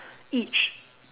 each